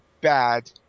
bad